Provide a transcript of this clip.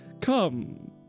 come